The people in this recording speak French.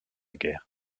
guerre